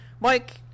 mike